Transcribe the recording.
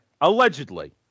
allegedly